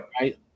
right